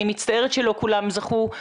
אני מצטערת שלא כולם זכו,